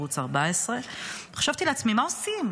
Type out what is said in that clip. ערוץ 14. וחשבתי לעצמי: מה עושים,